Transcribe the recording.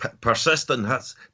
persistence